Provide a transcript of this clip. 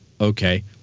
Okay